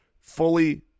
fully